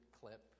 clip